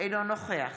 אינו נוכח